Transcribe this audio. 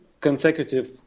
consecutive